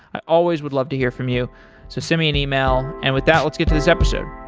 i always would love to hear from you, so send me an email. and with that, let's get to this episode.